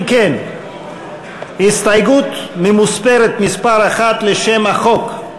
אם כן, ההסתייגות הממוספרת מס' 1 לשם החוק.